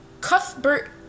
Cuthbert